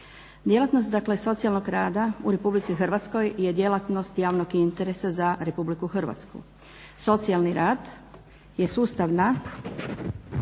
Djelatnost, dakle socijalnog rada u Republici Hrvatskoj je djelatnost javnog interesa za Republiku Hrvatsku. Socijalni rad je sustavna